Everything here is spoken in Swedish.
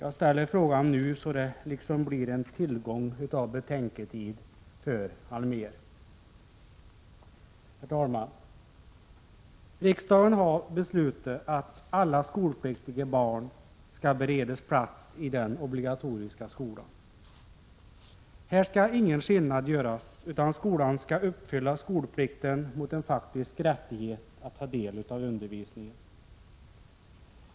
Jag ställer frågan redan nu, så Göran Allmér får litet betänketid. Herr talman! Riksdagen har beslutat att alla skolpliktiga barn skall beredas plats i den obligatoriska skolan. Här skall ingen skillnad göras, utan skolan skall uppfylla skolplikten svarande mot en faktisk rättighet för barnen att ta del av undervisningen.